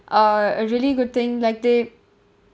uh a really good thing like they